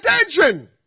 attention